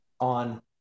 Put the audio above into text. on